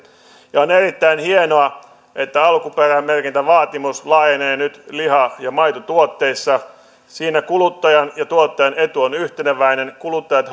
ja on erittäin hienoa että alkuperämerkintävaatimus laajenee nyt liha ja maitotuotteissa siinä kuluttajan ja tuottajan etu on yhteneväinen kuluttajat